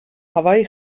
hawaï